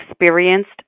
experienced